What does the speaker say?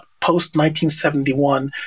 post-1971